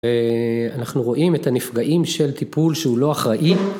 ואנחנו רואים את הנפגעים של טיפול שהוא לא אחראי.